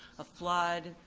a flood,